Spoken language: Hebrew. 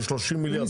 זה 30 מיליארד.